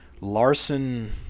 larson